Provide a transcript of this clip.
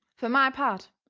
fur my part,